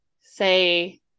say